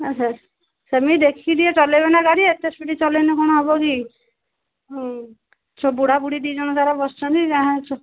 ଆଚ୍ଛା ସେମିତି ଦେଖିକି ଟିକେ ଚଲାଇବେ ନା ଗାଡ଼ି ଏତେ ସ୍ପିଡ଼ି ଚଲାଇଲେ କ'ଣ ହେବ କି ସୁ ବୁଢ଼ା ବୁଢ଼ୀ ଦୁଇ ଜଣ ସାରା ବସୁଛନ୍ତି ଯାହା